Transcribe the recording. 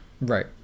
Right